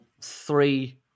three